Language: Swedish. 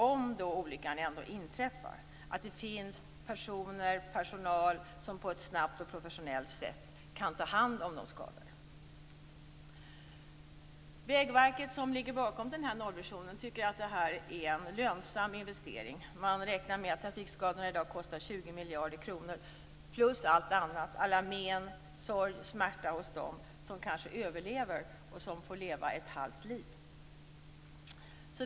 Om olyckan ändå inträffar skall det för det tredje finnas personal som på ett snabbt och professionellt sätt kan ta hand om de skadade. Vägverket, som ligger bakom nollvisionen, tycker att det här är en lönsam investering. Man räknar med att trafikskadorna i dag kostar 20 miljarder kronor. Därtill kommer allt annat, alla men, sorg och smärta hos dem som kanske överlever och som får leva ett halvt liv.